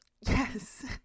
Yes